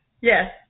Yes